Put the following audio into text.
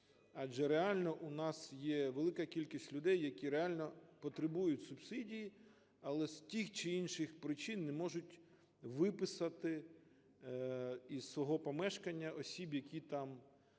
Адже реально у нас є велика кількість людей, які реально потребують субсидій, але з тих чи інших причин не можуть виписати із свого помешкання осіб, які там